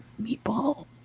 meatball